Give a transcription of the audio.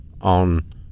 on